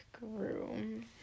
room